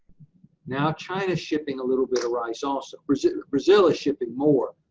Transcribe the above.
now, china's shipping a little bit of rice also. brazil brazil is shipping more,